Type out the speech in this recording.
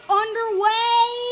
underway